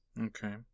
Okay